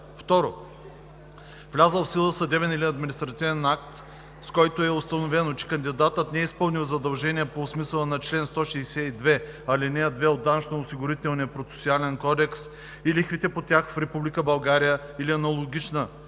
2. влязъл в сила съдебен или административен акт, с който е установено, че кандидатът не е изпълнил задължения по смисъла на чл. 162, ал. 2 от Данъчно-осигурителния процесуален кодекс и лихвите по тях в Република България,